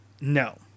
no